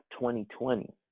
2020